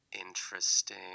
interesting